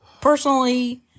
Personally